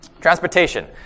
Transportation